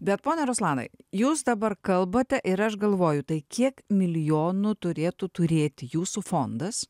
bet pone ruslanai jūs dabar kalbate ir aš galvoju tai kiek milijonų turėtų turėti jūsų fondas